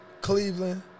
Cleveland